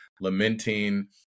lamenting